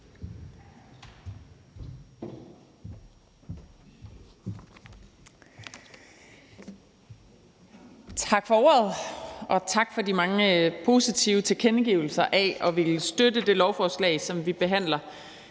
Tak for ordet. Og tak for de mange positive tilkendegivelser af at ville støtte det lovforslag, som vi behandler